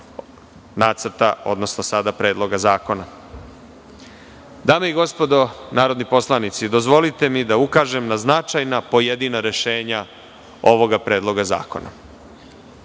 Nacrta, odnosno sada predloga zakona. Dame i gospodo narodni poslanici, dozvolite mi da ukažem na značajna pojedina rešenja ovog predloga zakona. Na